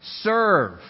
Serve